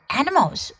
animals